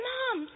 Mom